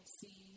see